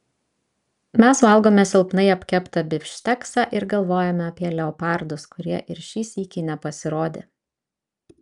mes valgome silpnai apkeptą bifšteksą ir galvojame apie leopardus kurie ir šį sykį nepasirodė